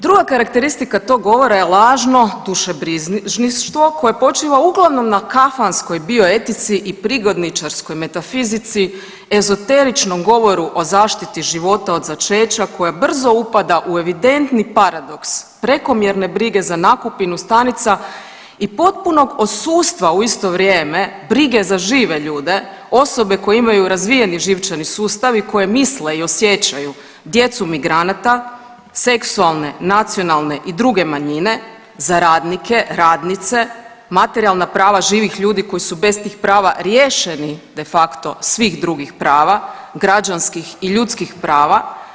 Druga karakteristika tog govora je lažno dušebrižništvo koje počiva uglavnom na kafanskoj bioetici i prigodničarskoj metafizici, ezoteričnom govoru o zaštiti života od začeća koja brzo upada u evidentni paradoks prekomjerne brige za nakupinu stanica i potpunog odsustva u isto vrijeme, brige za žive ljude, osobe koje imaju razvijeni živčani sustav i koje misle i osjećaju djecu migranata, seksualne, nacionalne i druge manjine za radnike, radnice, materijalna prava živih ljudi koji su bez tih prava riješeni de facto svih drugih prava, građanskih i ljudskih prava.